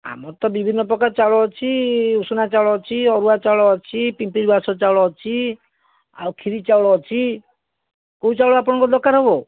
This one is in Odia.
ଆମର ତ ବିଭିନ୍ନ ପ୍ରକାର ଚାଉଳ ଅଛି ଉଷୁନା ଚାଉଳ ଅଛି ଅରୁଆ ଚାଉଳ ଅଛି ପିମପିରି ବାସ ଚାଉଳ ଅଛି ଆଉ ଖିରି ଚାଉଳ ଅଛି କେଉଁ ଚାଉଳ ଆପଣଙ୍କର ଦରକାର ହେବ